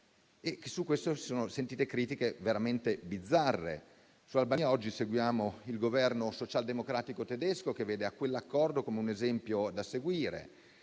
Su questo, si sono sentite critiche veramente bizzarre. Sull'Albania, oggi seguiamo il Governo socialdemocratico tedesco, che vede quell'accordo come un esempio da seguire.